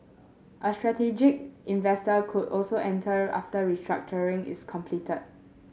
a strategic investor could also enter after restructuring is completed